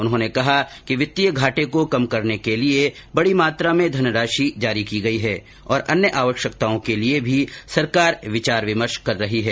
उन्होंने कहा कि वित्तीय घाटे को कम करने के लिए बडी मात्रा में धनराशि जारी की गई है और अन्य आवश्यकताओं के लिए भी सरकार विचार विमर्श कर रही है